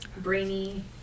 Brainy